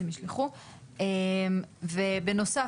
ובנוסף,